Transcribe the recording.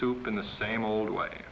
soup in the same old way